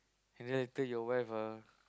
and then later your wife ah